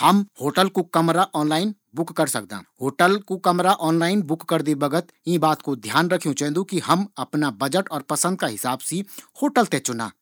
हम online hotel कू कमरा बुक कर सकदां। होटल कू कमरा ऑनलाइन बुक करदी बगत ईं बात कू ध्यान रखयू चैन्दु कि हम अपणी पसंद और बजट का हिसाब से होटल चुनों।